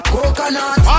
Coconut